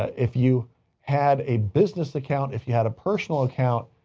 if you had a business account, if you had a personal account,